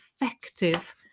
effective